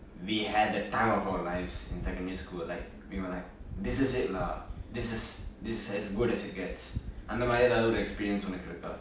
we had the time of our lives in secondary school like we were like this is it lah this is this as good as it gets அந்த மாதிரி எதாவது ஒறு:antha maathiri ethavaathu oru experience :உனக்கு இருக்கா:unakku irukaa